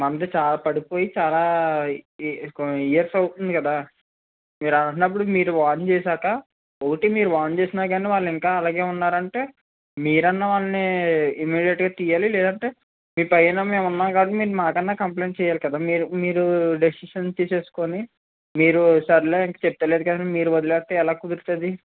మనది చాలా పడిపోయి చాలా ఇయర్స్ అవుతుంది కదా మీరు అలా అంటున్నప్పుడు మీరు వార్న్ చేశాక ఒకటి మీరు వార్న్ చేసిన కాని వాళ్ళు ఇంకా అలాగే ఉన్నారంటే మీరైనా వాళ్ళని ఇమిడియట్ గా తియ్యాలి లేదంటే మీ పైనా మేమున్నాం కాబట్టి మీరు మాకన్నా కంప్లైంట్ చెయ్యాలి కదా మీరు మీరు డెసిషన్ తీసేసుకుని మీరు సరేలే చెప్పటం లేదు కదా అని వదిలేస్తే మీరు ఎలా కుదురుతుంది